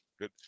Good